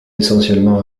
essentiellement